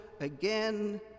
again